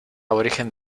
aborigen